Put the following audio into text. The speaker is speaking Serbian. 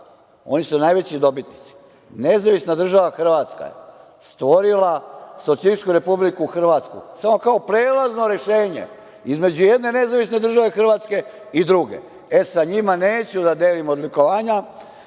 oni su najveći dobitnici. Nezavisna država Hrvatska je stvorila Socijalističku republiku Hrvatsku samo kao prelazno rešenje između jedne Nezavisne države Hrvatske i druge. E, sa njima neću da delim odlikovanja,